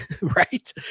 right